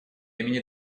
имени